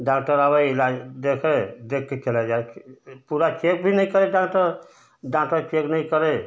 doctor आवै इलाज देख देख कर चला जाए पूरा चेक भी नहीं करे डाक्टर डाक्टर चेक नहीं करे